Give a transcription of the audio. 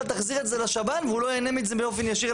תחזיר את זה לשב"ן והוא לא יהנה מזה באופן ישיר,